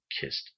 kissed